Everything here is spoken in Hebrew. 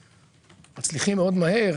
שמצליחים מאוד מהר